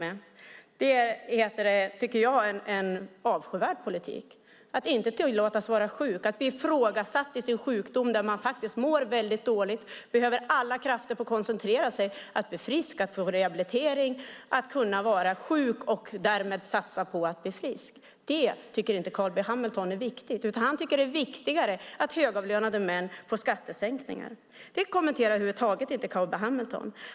Jag tycker att det är en avskyvärd politik när man inte tillåts vara sjuk och blir ifrågasatt i sin sjukdom, där man faktiskt mår väldigt dåligt och behöver alla krafter för att koncentrera sig på att bli frisk och få rehabilitering. Det handlar om att kunna vara sjuk och därmed satsa på att bli frisk. Det tycker inte Carl B Hamilton är viktigt, utan han tycker att det är viktigare att högavlönade män får skattesänkningar. Detta kommenterade Carl B Hamilton över huvud taget inte.